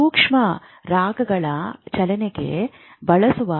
ನರಕೋಶದ ಏಕ ಘಟಕ recording spike ಬಗ್ಗೆ ಮಾತನಾಡುತ್ತದೆ